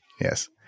Yes